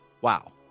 wow